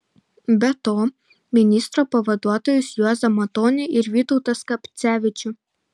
be to ministro pavaduotojus juozą matonį ir vytautą skapcevičių